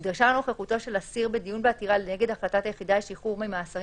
נדרשה נוכחותו של האסיר בדיון בעתירה נגד החלטת היחידה לשחרור ממאסרים